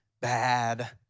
bad